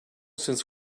since